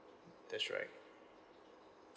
that's right